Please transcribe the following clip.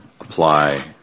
apply